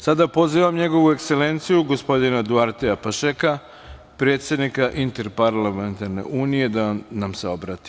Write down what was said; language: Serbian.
Sada pozivam Njegovu Ekselenciju, gospodina Duartea Pašeka, predsednika Interparlamentarne unije da nam se obrati.